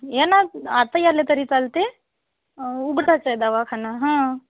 या ना आताही आल्या तरी चालते उघडाच आहे दवाखाना हा